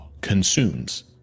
consumes